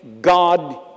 God